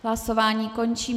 Hlasování končím.